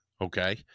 Okay